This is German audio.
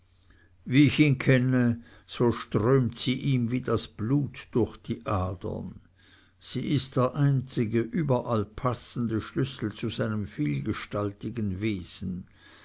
wie ich ihn kenne so strömt sie ihm wie das blut durch die adern sie ist der einzige überall passende schlüssel zu seinem vielgestaltigen wesen